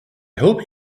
hope